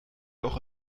auch